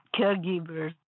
caregivers